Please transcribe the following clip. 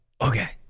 okay